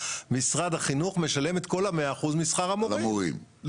משרד החינוך משלם את כל ה-100% משכר המורים.